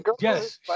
yes